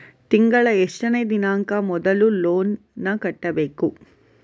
ತಿಂಗಳ ಎಷ್ಟನೇ ದಿನಾಂಕ ಮೊದಲು ಲೋನ್ ನನ್ನ ಕಟ್ಟಬೇಕು?